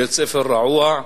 בית-ספר רעוע,